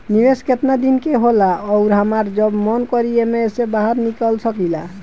निवेस केतना दिन के होला अउर हमार जब मन करि एमे से बहार निकल सकिला?